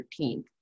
13th